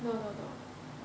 no